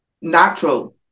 natural